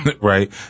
right